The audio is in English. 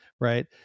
right